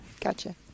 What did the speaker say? Gotcha